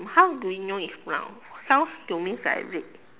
how do you know it's brown sounds to me it's like red